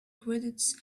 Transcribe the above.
credits